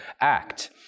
act